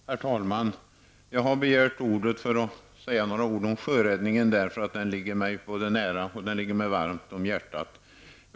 Herr talman! Jag har begärt ordet för att säga några ord om sjöräddningen, eftersom den ligger mig varmt om hjärtat.